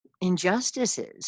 injustices